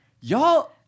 y'all